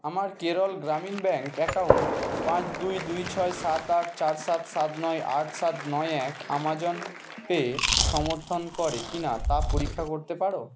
আমার Kerala Gramin Bank account পাঁচ দুই দুই ছয় সাত আট চার সাত সাত নয় আট সাত নয় এক অ্যামাজন পে সমর্থন করে কি না তা পরীক্ষা করতে পারো